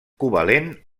covalent